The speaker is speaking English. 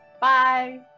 Bye